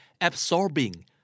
Absorbing